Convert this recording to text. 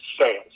sales